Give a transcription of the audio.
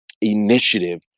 initiative